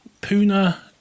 Puna